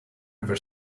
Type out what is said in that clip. river